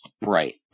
right